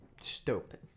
stupid